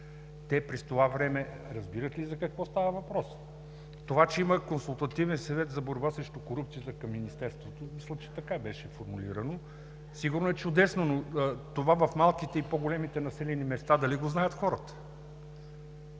те през това време разбират ли за какво става въпрос?! Това че има Консултативен съвет за борба срещу корупцията към Министерството – мисля, че така беше формулирано, сигурно е чудесно, но това в малките и в по-големите населени места дали го знаят хората?